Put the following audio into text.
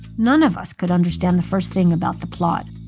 none of us could understand the first thing about the plot.